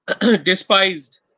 despised